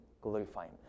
glorifying